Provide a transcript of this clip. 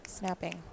Snapping